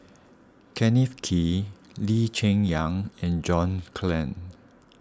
Kenneth Kee Lee Cheng Yan and John Clang